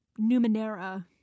numenera